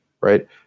right